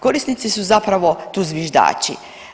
Korisnici su zapravo tu zviždači.